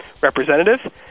representative